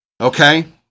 Okay